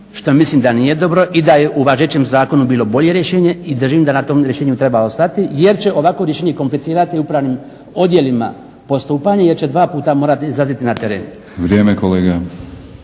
što mislim da nije dobro i da je u važećem zakonu bilo bolje rješenje i držim da na tom rješenju treba ostati jer će ovako rješenje komplicirati upravnim odjelima postupanje jer će morati dva puta izlaziti na teren. … /Upadica: Vrijeme kolega./